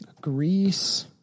Greece